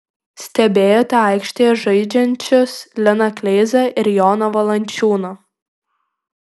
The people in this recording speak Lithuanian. stebėjote aikštėje žaidžiančius liną kleizą ir joną valančiūną